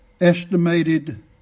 estimated